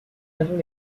avant